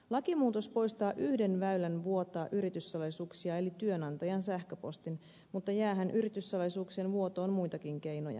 lakimuutos poistaa yhden väylän vuotaa yrityssalaisuuksia eli työnantajan sähköpostin mutta jäähän yrityssalaisuuksien vuotoon muitakin keinoja